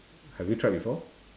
have you tried before